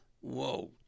whoa